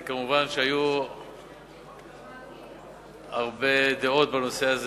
כמובן, היו הרבה דעות בנושא הזה,